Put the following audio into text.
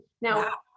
now